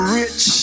rich